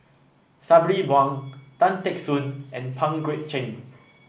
Sabri Buang Tan Teck Soon and Pang Guek Cheng